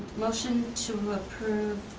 motion to approve,